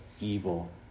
Evil